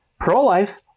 Pro-life